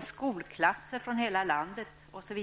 skolklasser i hela landet osv.